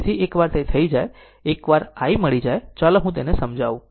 તેથી એકવાર તે થઈ જાય એકવાર i મળી જાય ચાલો હું તેને સમજાવું